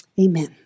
Amen